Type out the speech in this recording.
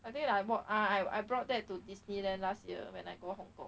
I think I broug~ ah I brought that to disneyland last year when I go hong-kong